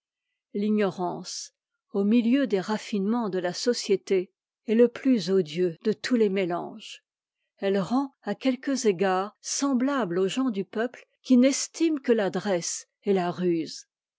l'ignorance au milieu des raffinements de la société est le plus odieùx de tous les mélanges elle rend à quelques égards semblable aux gens du peuple qui n'estiment que l'adresse'et la ruse